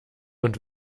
und